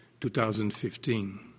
2015